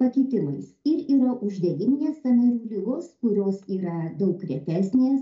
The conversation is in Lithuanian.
pakitimais ir yra uždegiminės sąnarių ligos kurios yra daug retesnės